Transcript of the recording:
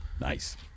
Nice